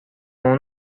اون